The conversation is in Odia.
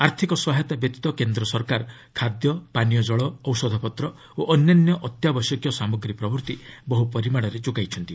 ଆର୍ଥିକ ସହାୟତା ବ୍ୟତୀତ କେନ୍ଦ୍ର ସରକାର ଖାଦ୍ୟ ପାନୀୟ ଜଳ ଔଷଧପତ୍ର ଓ ଅନ୍ୟାନ୍ୟ ଅତ୍ୟାବଶ୍ୟକୀୟ ସାମଗ୍ରୀ ପ୍ରଭୃତି ବହୁ ପରିମାଣରେ ଯୋଗାଇଛନ୍ତି